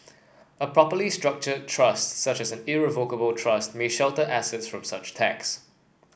a properly structured trust such as an irrevocable trust may shelter assets from such tax